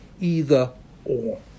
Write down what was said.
either-or